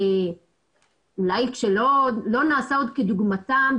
אולי שלא נעשה כדוגמתם,